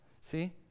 see